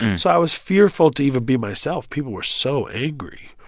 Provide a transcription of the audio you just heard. and so i was fearful to even be myself. people were so angry.